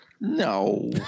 No